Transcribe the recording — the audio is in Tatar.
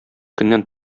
көннән